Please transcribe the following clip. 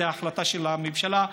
זו החלטה של הממשלה.